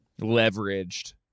leveraged